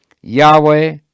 Yahweh